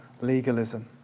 legalism